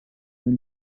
nel